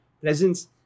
presence